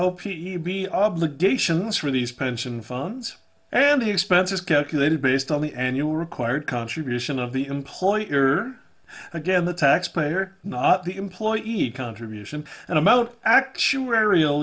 b obligations for these pension funds and expenses calculated based on the annual required contribution of the employer again the taxpayer not the employee and contribution and amount actuarial